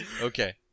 Okay